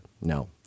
No